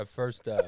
first